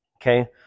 Okay